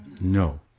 No